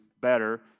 better